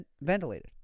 ventilated